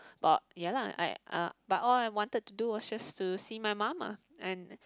but ya lah I ah but all I wanted to do was just to see my mum ah and